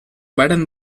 varen